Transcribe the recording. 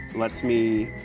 lets me,